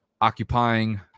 occupying